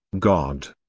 god.